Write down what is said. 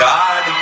God